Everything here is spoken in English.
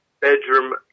bedroom